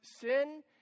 sin